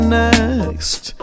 next